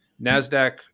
NASDAQ